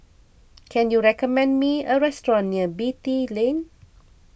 can you recommend me a restaurant near Beatty Lane